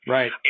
Right